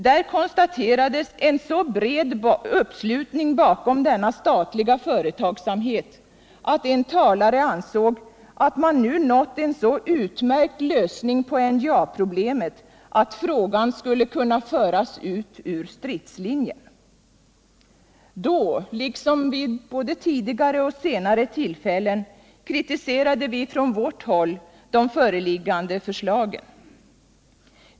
Då konstaterades en så bred uppslutning bakom denna statliga företagsamhet att en talare ansåg att man nu hade nått en så utmärkt lösning på NJA problemet att frågan skulle kunna föras ut ur stridslinjen. Då liksom vid både tidigare och senare tillfällen kritiserade vi från vårt håll de föreliggande förslagen.